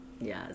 Yes